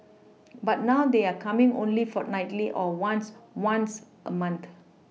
but now they're coming only fortnightly or once once a month